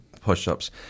push-ups